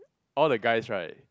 all the guys right